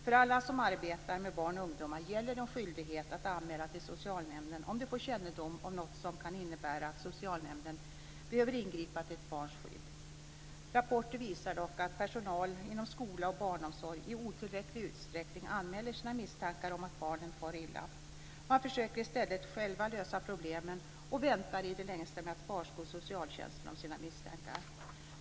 För alla som arbetar med barn och ungdomar gäller en skyldighet att anmäla till socialnämnden om de får kännedom om något som kan innebära att socialnämnden behöver ingripa till ett barns skydd. Rapporter visar dock att personal inom skola och barnomsorg i otillräcklig utsträckning anmäler sina misstankar om att barnen far illa. Man försöker i stället själva lösa problemen och väntar i det längsta med att varsko socialtjänsten om sina misstankar.